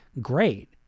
great